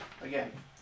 again